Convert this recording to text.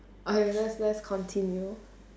okay let's let's continue